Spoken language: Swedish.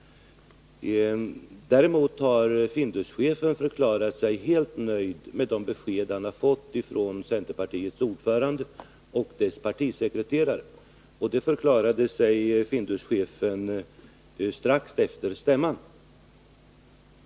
Däremot har Finduschefen förklarat sig helt nöjd med de besked han fått från centerpartiets ordförande och dess partisekreterare. Finduschefen gjorde det strax efter stämman.